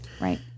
Right